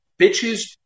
Bitches